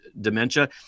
dementia